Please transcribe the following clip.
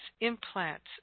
implants